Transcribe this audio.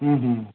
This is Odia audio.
ହୁଁ ହୁଁ